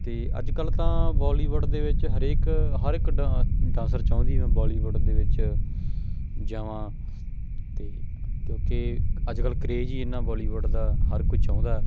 ਅਤੇ ਅੱਜ ਕੱਲ੍ਹ ਤਾਂ ਬੋਲੀਵੁੱਡ ਦੇ ਵਿੱਚ ਹਰੇਕ ਹਰ ਇੱਕ ਡ ਡਾਂਸਰ ਚਾਹੁੰਦੀ ਮੈਂ ਬੋਲੀਵੁੱਡ ਦੇ ਵਿੱਚ ਜਾਵਾਂ ਅਤੇ ਕਿਉਂਕਿ ਅੱਜ ਕੱਲ੍ਹ ਕਰੇਜ ਹੀ ਇੰਨਾ ਬੋਲੀਵੁੱਡ ਦਾ ਹਰ ਕੋਈ ਚਾਹੁੰਦਾ